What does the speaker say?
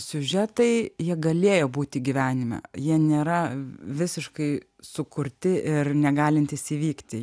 siužetai jie galėjo būti gyvenime jie nėra visiškai sukurti ir negalintys įvykti